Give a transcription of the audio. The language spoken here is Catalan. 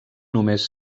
només